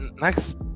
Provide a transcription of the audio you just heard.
next